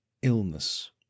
Illness